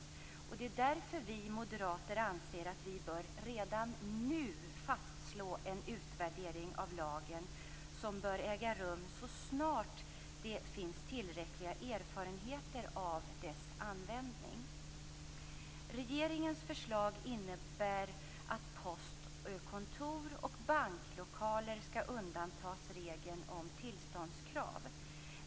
Därför anser vi moderater att vi redan nu bör fastslå att en utvärdering av lagen bör äga rum så snart det finns tillräckliga erfarenheter av dess användning.